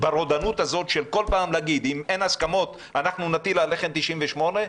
ברודנות הזאת להגיד כל פעם שאם אין הסכמות אנחנו נטיל עליכם את סעיף 98,